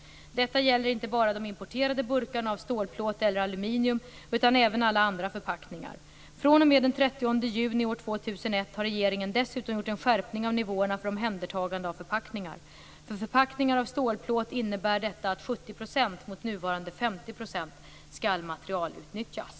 Detta gäller inte bara de importerade burkarna av stålplåt eller aluminium utan även alla andra förpackningar. fr.o.m. den 30 juni år 2001 har regeringen dessutom gjort en skärpning av nivåerna för omhändertagande av förpackningar. För förpackningar av stålplåt innebär detta att 70 % mot nuvarande 50 % skall materialutnyttjas.